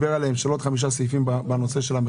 אנחנו עוברים לסעיף השני על סדר היום: צו תעריף